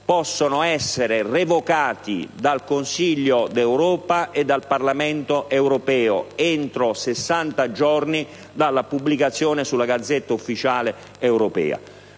possono essere revocati dal Consiglio e dal Parlamento europeo entro 60 giorni dalla pubblicazione sulla Gazzetta ufficiale europea.